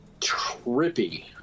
trippy